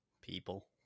People